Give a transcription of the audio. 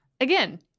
again